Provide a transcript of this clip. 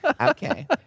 Okay